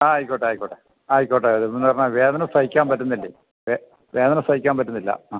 ആ ആയിക്കോട്ടെ ആയിക്കോട്ടെ ആയിക്കോട്ടെ അത് എന്ന് പറഞ്ഞാൽ വേദന സഹിക്കാൻ പറ്റുന്നില്ലേ വേദന സഹിക്കാൻ പറ്റുന്നില്ല ആ